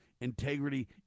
integrity